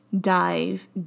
dive